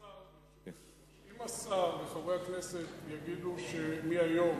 אם השר וחברי הכנסת יגידו שמהיום